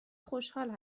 خوشحال